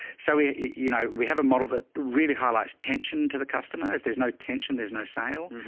so we, ah you know, we have a model that really highlights tension to the customer. if there's no tension, there's no sale,